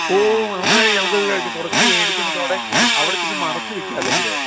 ഓ അതെ അത് നമുക്ക് ഒരു കാര്യം ചെയ്യാം കുറച്ച് മേടിച്ച് നമുക്ക് അവിടെ ചെന്ന് മറിച്ചു വിൽക്കാം അല്ലെങ്കിൽ